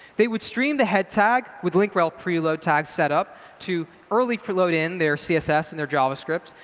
they would stream the head tag with link rel preload tags set up to early preload in their css and their javascripts.